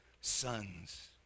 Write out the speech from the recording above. sons